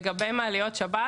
לגבי מעליות שבת,